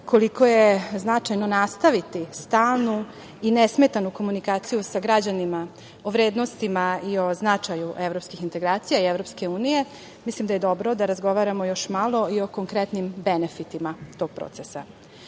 koliko je značajno nastaviti stalnu i nesmetanu komunikaciju sa građanima o vrednostima i o značaju evropskih integracija i EU, mislim da je dobro da razgovaramo još malo i o konkretnim benefitima tog procesa. Naime,